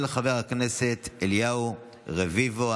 של חבר הכנסת אליהו רביבו.